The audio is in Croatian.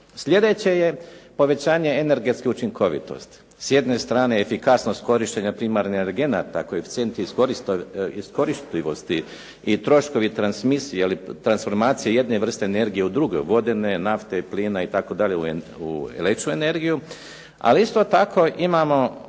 Sljedeće je povećanje energetske učinkovitosti, s jedne strane efikasnost korištenja primarnih energenata, koeficijent iskoristivosti i troškovi transmisije ili transformacije jedne vrste energije u druge, vodene, nafte, plina itd. u električnu energiju. Ali isto tako imamo